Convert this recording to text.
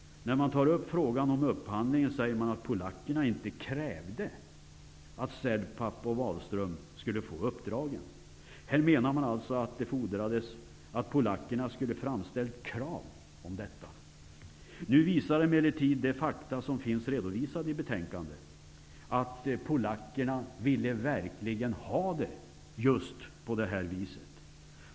När den tar upp frågan om upphandlingen säger man att polackerna inte krävde att NLK-Celpap och Wahlström skulle få uppdragen. Här menar man alltså att det fordrades att polackerna skulle ha framställt krav på detta. Nu visar emellertid de fakta som finns redovisade i betänkandet att polackerna verkligen ville ha det just på det här viset.